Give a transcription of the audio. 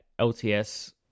LTS